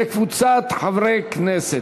של חבר הכנסת עיסאווי פריג' וקבוצת חברי כנסת.